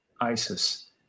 ISIS